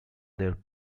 their